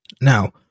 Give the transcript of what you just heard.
now